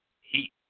heat